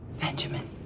Benjamin